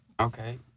Okay